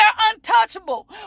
untouchable